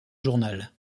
journal